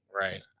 Right